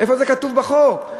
איפה זה כתוב בחוק?